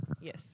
Yes